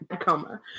coma